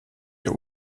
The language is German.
ihr